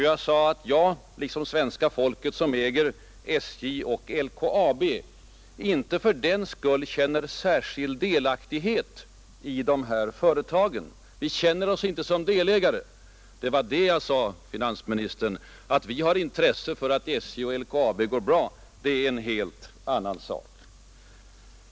Jag sade att jag liksom svenska folket, som äger SJ och LKAB, inte fördenskull känner särskild ”delaktighet” i de här företagen. Vi känner oss inte som delägare — det var det jag sade, herr finansminister. Att vi har intresse av att SJ och LKAB går bra är en helt annan sak.